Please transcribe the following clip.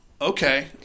okay